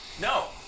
no